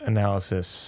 Analysis